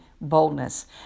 boldness